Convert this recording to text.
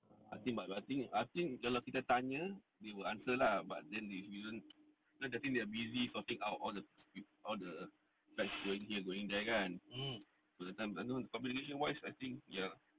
I think but I think I think kalau kita tanya they will answer lah but then they didn't I think they are busy sorting out all the all the going here going there kan so that time communication wise I think ya